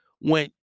went